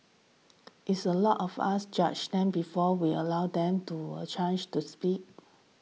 is a lot of us judge them before we allow them to a chance the speak